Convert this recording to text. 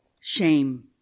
Shame